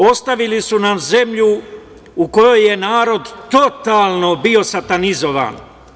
Ostavili su nam zemlju u kojoj je narod totalno bio satanizovan.